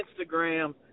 Instagram –